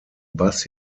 bass